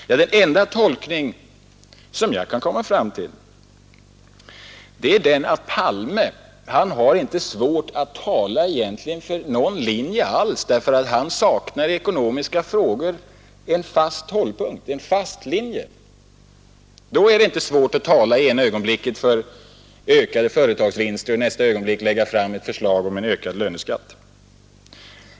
Ja, den enda tolkning som jag kan komma fram till är att herr Palme inte har svårt att tala för någonting alls, därför att han i ekonomiska frågor saknar en fast linje. Då är det inte svårt att i ena ögonblicket tala för ökade företagsvinster och i nästa ögonblick lägga fram ett förslag om en ökad löneskatt.